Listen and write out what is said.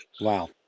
Wow